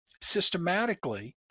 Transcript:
systematically